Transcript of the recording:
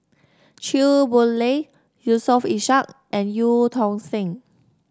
Chew Boon Lay Yusof Ishak and Eu Tong Sen